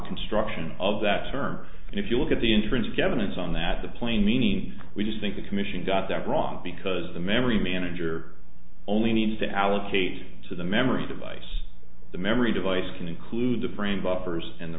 construction of that firm and if you look at the entrance again it's on that the plain meaning we just think the commission got that wrong because the memory manager only need to allocate to the memory device the memory device can include the brain buffers and the